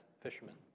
fishermen